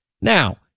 Now